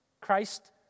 Christ